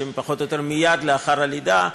פחות או יותר מייד לאחר הלידה.